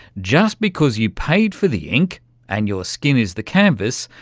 just because you paid for the ink and your skin is the canvas,